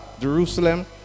Jerusalem